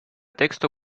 texto